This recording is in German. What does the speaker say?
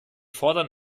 fordern